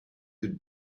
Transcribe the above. good